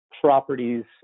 properties